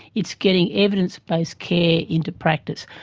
it's getting evidence-based care into practice.